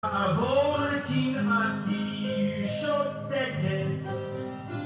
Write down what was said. עבודה כמעט תהיו שותקת